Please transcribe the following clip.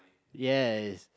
yes